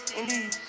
indeed